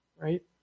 right